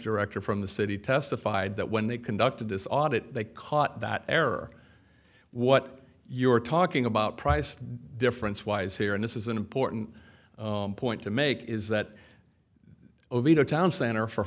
director from the city testified that when they conducted this audit they caught that error what you're talking about price difference wise here and this is an important point to make is that a town center for